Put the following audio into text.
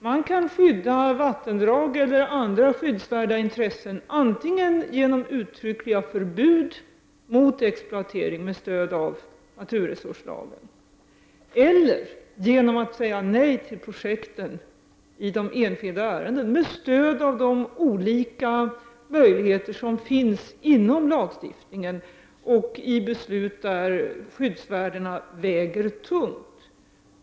Man kan skydda vattendrag eller andra skyddsvärda intressen antingen genom uttryckliga förbud mot exploatering, med stöd av naturresurslagen, eller genom att säga nej till projekt i enskilda ärenden med stöd av de olika möjligheter som finns inom lagstiftningen, dvs. vid beslut där skyddsvärdena väger tungt.